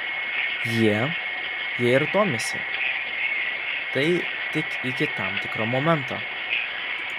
jie jei ir domisi tai tik iki tam tikro momento